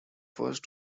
first